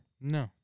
No